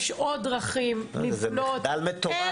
יש עוד דרכים לפנות אל המשטרה.